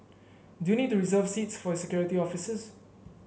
do you need to reserve seats for his security officers